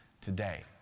today